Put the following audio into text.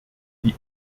die